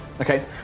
Okay